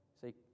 See